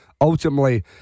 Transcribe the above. ultimately